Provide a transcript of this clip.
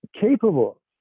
capable